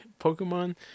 pokemon